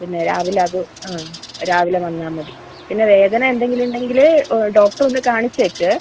പിന്നെ രാവില അതും ആ രാവിലെ വന്നാൽ മതി പിന്നെ വേദന എന്തെങ്കിലും ഉണ്ടെങ്കിൽ ഡോക്ടറെ ഒന്ന് കാണിച്ചേക്ക്